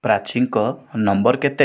ପ୍ରାଚୀଙ୍କ number କେତେ